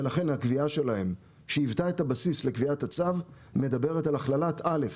ולכן הקביעה שלהם שהיוותה את הבסיס לקביעת הצו מדברת על הכללת א',